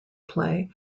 play